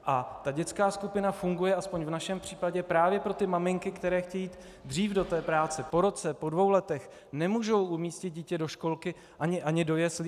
A ta dětská skupina funguje, aspoň v našem případě, právě pro ty maminky, které chtějí dřív do té práce, po roce, po dvou letech, nemůžou umístit dítě do školky ani do jeslí.